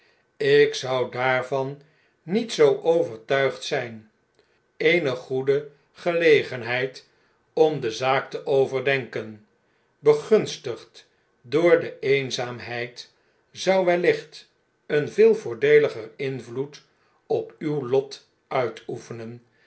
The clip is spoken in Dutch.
ik zou daarvan niet zoo overtuigd zijn eene goede gelegenheid omde zaak te overdenken begunstigd door de eenzaamheid zou wellicht een veel voordeeliger invloed op uw lot uitoefenen